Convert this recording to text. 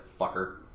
fucker